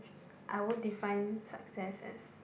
I would define success as